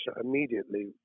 immediately